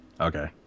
Okay